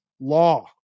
law